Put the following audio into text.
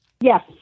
Yes